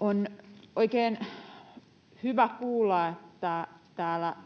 On oikein hyvä kuulla, että täällä